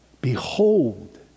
Behold